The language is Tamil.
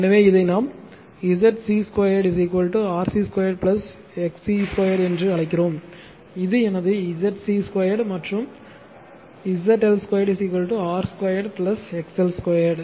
எனவே இதை நாம் ZC 2 RC 2 XC 2 என்று அழைக்கிறோம் இது எனது ZC 2 மற்றும் ZL 2 R 2 XL 2